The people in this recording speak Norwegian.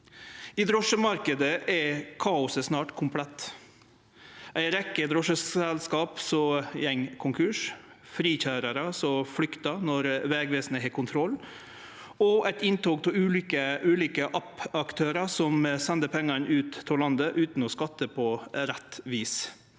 I drosjemarknaden er kaoset snart komplett. Det er ei rekkje drosjeselskap som går konkurs, frikøyrarar som flyktar når Vegvesenet har kontroll, og inntog av ulike app-aktørar som sender pengane ut av landet, utan å skatte på rett vis.